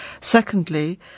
Secondly